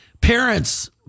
parents